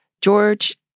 George